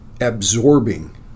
absorbing